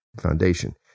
foundation